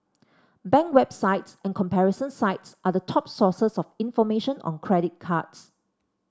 bank websites and comparison sites are the top sources of information on credit cards